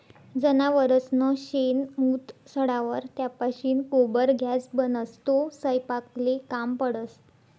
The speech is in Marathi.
जनावरसनं शेण, मूत सडावर त्यापाशीन गोबर गॅस बनस, तो सयपाकले काम पडस